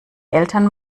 eltern